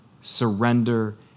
surrender